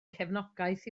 cefnogaeth